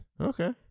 Okay